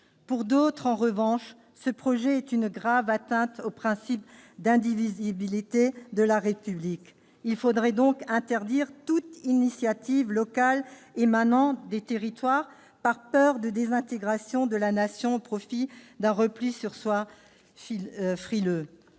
Pour d'autres, en revanche, ce projet est une grave atteinte au principe d'indivisibilité de la République. Il faudrait donc interdire toute initiative locale émanant des territoires par peur d'une désintégration de la Nation au profit d'un repli sur soi frileux